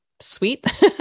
sweet